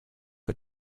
for